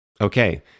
Okay